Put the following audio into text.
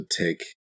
take